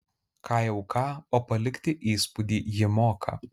ką jau ką o palikti įspūdį ji moka